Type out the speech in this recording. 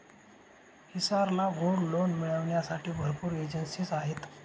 हिसार ला gold loan मिळविण्यासाठी भरपूर एजेंसीज आहेत